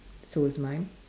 so is mine